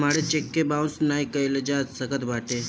प्रमाणित चेक के बाउंस नाइ कइल जा सकत बाटे